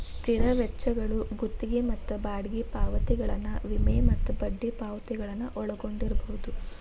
ಸ್ಥಿರ ವೆಚ್ಚಗಳು ಗುತ್ತಿಗಿ ಮತ್ತ ಬಾಡಿಗಿ ಪಾವತಿಗಳನ್ನ ವಿಮೆ ಮತ್ತ ಬಡ್ಡಿ ಪಾವತಿಗಳನ್ನ ಒಳಗೊಂಡಿರ್ಬಹುದು